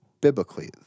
biblically